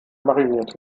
mariniert